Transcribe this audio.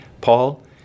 Paul